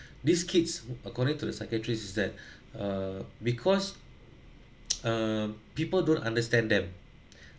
this kids according to the psychiatrists is that err because um people don't understand them